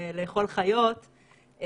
לאכול חיות,